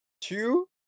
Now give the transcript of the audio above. two